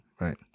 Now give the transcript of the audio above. Right